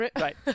Right